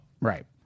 right